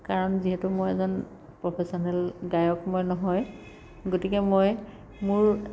কাৰণ যিহেতু মই এজন প্ৰফেশ্যনেল গায়ক মই নহয় গতিকে মই মোৰ